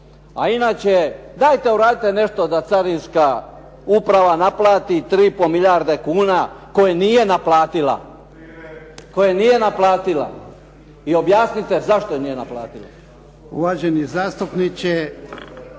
A inače, dajte uradite nešto da Carinska uprava naplati 3,5 milijarde kuna koje nije naplatila, koje nije naplatila i objasnite zašto nije naplatila. **Jarnjak,